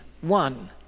one